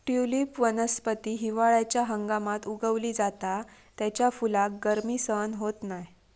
tulip वनस्पती हिवाळ्याच्या हंगामात उगवली जाता त्याच्या फुलाक गर्मी सहन होत नाय